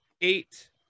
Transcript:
eight